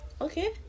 Okay